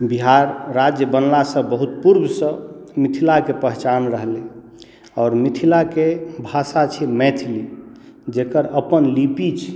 बिहार राज्य बनलाके बहुत पूर्वसँ मिथिलाके पहिचान रहलै आओर मिथिलाके भाषा छै मैथिली जकर अपन लिपि छै